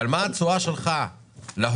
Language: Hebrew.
אבל מה התשואה שלך להון